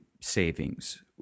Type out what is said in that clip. savings